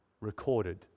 recorded